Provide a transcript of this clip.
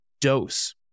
dose